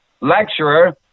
lecturer